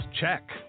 check